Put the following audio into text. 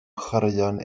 chwaraeon